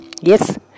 Yes